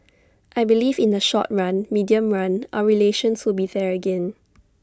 I believe that in the short run medium run our relations will be there again